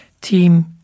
Team